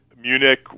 Munich